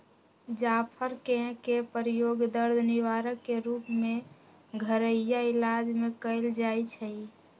जाफर कें के प्रयोग दर्द निवारक के रूप में घरइया इलाज में कएल जाइ छइ